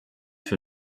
für